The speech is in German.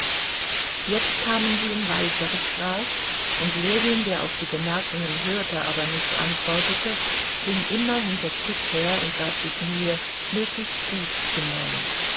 jetzt kamen sie in weicheres gras und ljewin der auf die bemerkungen hörte aber nicht antwortete ging immer hinter tit her und gab sich mühe möglichst gut zu mähen